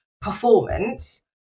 performance